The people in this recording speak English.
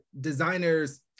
designers